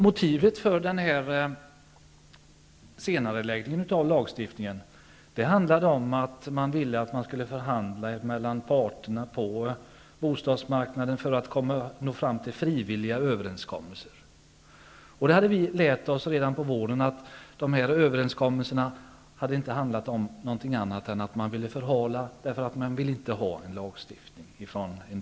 Motivet för senareläggningen av lagstiftningen handlade om att parterna på bostadsmarknaden skulle förhandla för att nå fram till frivilliga överenskommelser. Vi hade redan på våren lärt oss att dessa försök att nå överenskommelser inte hade handlat om någonting annat än att man ville förhala, eftersom en del parter inte ville ha någon lagstiftning.